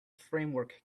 framework